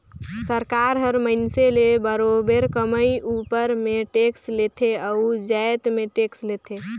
सरकार हर मइनसे ले बरोबेर कमई उपर में टेक्स लेथे अउ जाएत में टेक्स लेथे